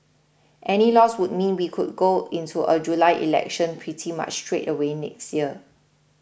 any loss would mean we could go into a July election pretty much straight away next year